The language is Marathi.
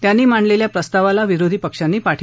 त्यांनी मांडलेल्या प्रस्तावाला विरोधी पक्षांनी पाठिंबा दिला